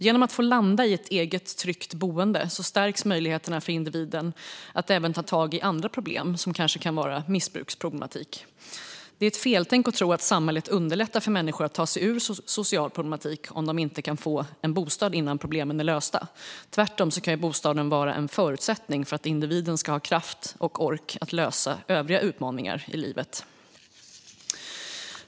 Genom att få landa i ett eget tryggt boende stärks möjligheterna för individen att även ta tag i andra problem, exempelvis missbruksproblematik. Det är ett feltänk att tro att samhället underlättar för människor att ta sig ur social problematik om de inte kan få en bostad innan problemen är lösta. Tvärtom kan bostaden vara är en förutsättning för att individen ska ha kraft och ork att lösa övriga utmaningar i livet.